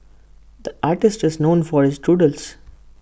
the artist just known for its doodles